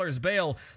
bail